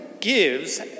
gives